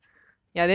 K fine that's true